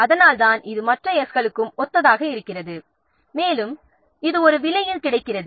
அதனால்தான் இது மற்ற 's' களுக்கும் ஒத்ததாக இருக்கிறது மேலும் இது ஒரு விலையில் கிடைக்கிறது